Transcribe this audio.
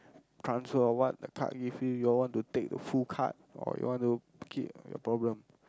transfer or what the card give you you all want to take the full card or you want to keep your problem